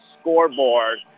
scoreboard